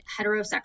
heterosexual